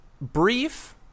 Brief